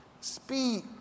speed